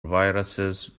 viruses